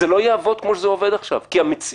זה לא יעבוד כפי שזה עובד עכשיו כי המציאות